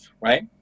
right